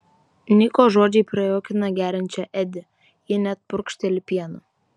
niko žodžiai prajuokina geriančią edi ji net purkšteli pienu